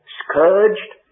scourged